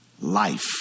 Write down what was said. life